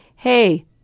Hey